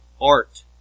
art